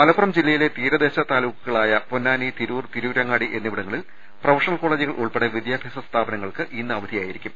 മലപ്പുറം ജില്ലയിലെ തീരദേശ താലൂക്കുകളായ പൊന്നാനി തിരൂർ തിരൂരങ്ങാടി എന്നിവിടങ്ങളിൽ പ്രൊഫഷണൽ കോളജുകൾ ഉൾപ്പെടെ വിദ്യാഭ്യാസ സ്ഥാപനങ്ങൾക്ക് ഇന്ന് അവധിയായിരിക്കും